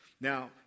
Now